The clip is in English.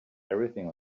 everything